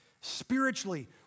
spiritually